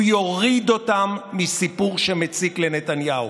הוא יוריד אותם מסיפור שיציק לנתניהו.